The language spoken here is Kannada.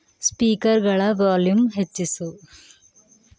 ಸ್ಪೀಕರ್ಗಳ ವಾಲ್ಯೂಮ್ ಹೆಚ್ಚಿಸು